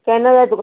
केन्ना जाय तुका